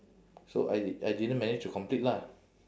so I I didn't manage to complete lah